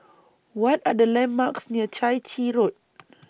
What Are The landmarks near Chai Chee Road